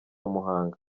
muhanga